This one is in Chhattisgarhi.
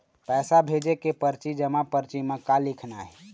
पैसा भेजे के परची जमा परची म का लिखना हे?